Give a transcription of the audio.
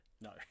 No